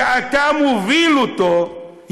שאתה מוביל אותו,